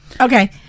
okay